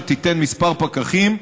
שתיתן כמה פקחים,